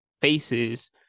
faces